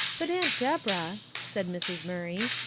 but aunt deborah, said mrs. murray,